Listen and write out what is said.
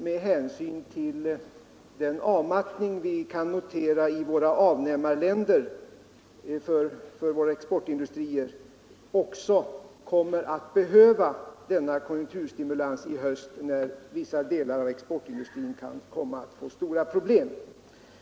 Med hänsyn till den avmattning vi kan notera i våra avnämarländer kommer vi att behöva denna konjunkturstimulans i höst, när vissa delar av exportindustrin kan få problem.